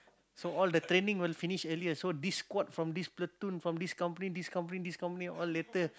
so all the train will finish earlier so this squad from this platoon from this company this company this company all later